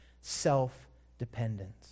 self-dependence